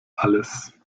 alles